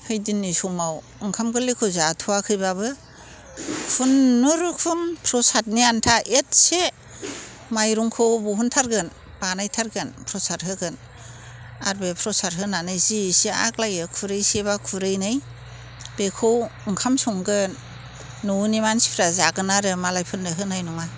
हैदिननि समाव ओंखाम गोरलैखौ जाथ'वाखैबाबो खुनुरखम प्रसादनि आन्था एसे माइरंखौ दिहुनथारगोन बानायथारगोन प्रसाद होगोन आरो बे प्रसाद होनानै जि इसे आग्लायो खुरैसे बा खुरैनै बेखौ ओंखाम संगोन न'नि मानसिफोरा जागोन आरो मालायफोरनो होनाय नङा